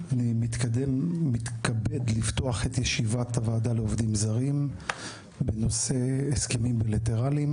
אני מתכבד לפתוח את ישיבת הוועדה לעובדים זרים בנושא הסכמים בילטרליים,